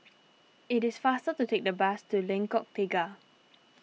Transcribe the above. it is faster to take the bus to Lengkok Tiga